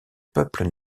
peuple